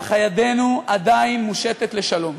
אך ידנו עדיין מושטת לשלום.